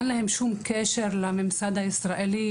אין להם שום קשר לממסד הישראלי,